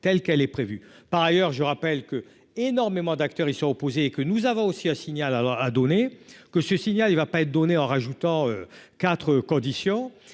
telle qu'elle est prévue par ailleurs, je rappelle que énormément d'acteurs y sont opposés et que nous avons aussi à signale alors à donner que ce signal, il va pas être donné en rajoutant 4 conditions